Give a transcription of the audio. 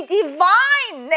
divine